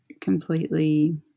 completely